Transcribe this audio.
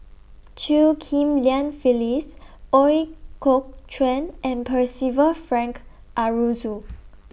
Chew Ghim Lian Phyllis Ooi Kok Chuen and Percival Frank Aroozoo